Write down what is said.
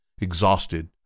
exhausted